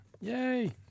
Yay